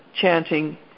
chanting